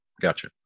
gotcha